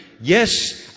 yes